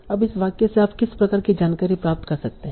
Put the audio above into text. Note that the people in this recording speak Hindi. अब इस वाक्य से आप किस प्रकार की जानकारी प्राप्त कर सकते हैं